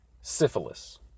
syphilis